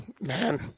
Man